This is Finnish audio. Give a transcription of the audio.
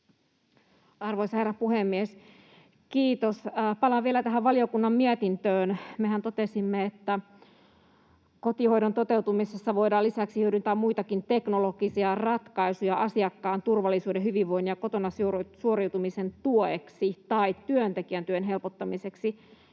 Arvoisa herra puhemies, kiitos! Palaan vielä tähän valiokunnan mietintöön. Mehän totesimme, että kotihoidon toteutumisessa voidaan lisäksi hyödyntää muitakin teknologisia ratkaisuja asiakkaan turvallisuuden, hyvinvoinnin ja kotona suoriutumisen tueksi tai työntekijän työn helpottamiseksi,